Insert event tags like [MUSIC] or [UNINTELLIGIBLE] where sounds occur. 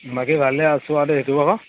বাকী ভালে আছোঁ [UNINTELLIGIBLE]